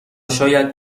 شاید